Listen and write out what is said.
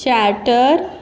chatter